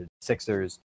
Sixers